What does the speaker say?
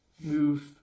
move